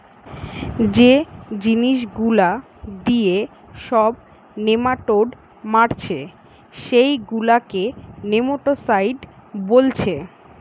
যে জিনিস গুলা দিয়ে সব নেমাটোড মারছে সেগুলাকে নেমাটোডসাইড বোলছে